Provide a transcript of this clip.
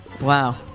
Wow